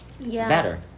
better